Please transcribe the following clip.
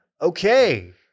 Okay